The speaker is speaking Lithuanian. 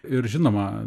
ir žinoma